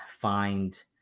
find